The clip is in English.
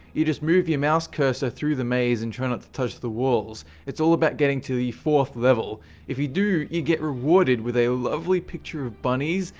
you just move your mouse cursor through the maze and try not to touch the walls it's all about getting to the fourth level if you do you get rewarded with a lovely picture of bunnies,